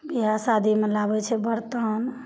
बिआह शादीमे लाबै छै बरतन